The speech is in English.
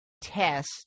test